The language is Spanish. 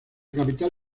capital